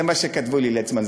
זה מה שכתבו לי, ליצמן.